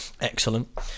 Excellent